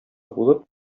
булып